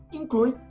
inclui